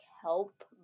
help